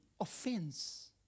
Offense